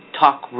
talk